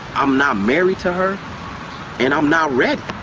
i'm not married to her and i'm not ready